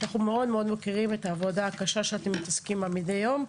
שאנחנו מאוד מאוד מוקירים את העבודה הקשה שאתם מתעסקים בה מדי יום.